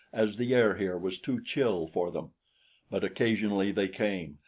as the air here was too chill for them but occasionally they came,